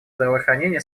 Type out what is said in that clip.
здравоохранения